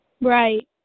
right